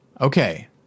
Okay